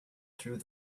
through